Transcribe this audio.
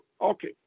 Okay